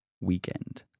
weekend